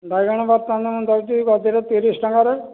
ବାଇଗଣ ବର୍ତ୍ତମାନ ଦେଉଛି ଗଦିରେ ତିରିଶ ଟଙ୍କାରେ